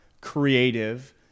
creative